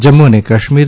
જમ્મુ અને કાશ્મીર